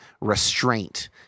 restraint